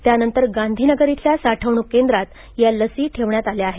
त्यानंतर गांधीनगर इथल्या साठवणूक केंद्रात या लसी ठेवण्यात आल्या आहेत